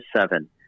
seven